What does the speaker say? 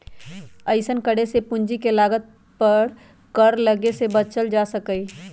अइसन्न करे से पूंजी के लागत पर कर लग्गे से बच्चल जा सकइय